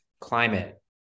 climate